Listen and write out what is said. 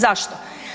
Zašto?